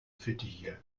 fittiche